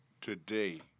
today